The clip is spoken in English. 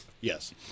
Yes